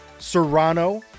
serrano